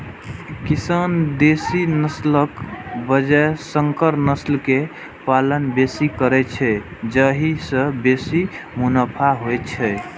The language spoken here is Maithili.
किसान देसी नस्लक बजाय संकर नस्ल के पालन बेसी करै छै, जाहि सं बेसी मुनाफा होइ छै